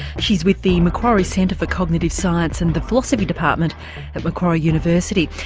she's with the macquarie centre for cognitive science and the philosophy department at macquarie university,